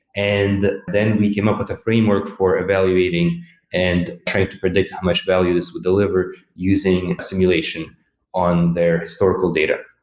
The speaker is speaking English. and then we came up with a framework for evaluating and trying to predict how much value this would deliver using simulation on their historical data.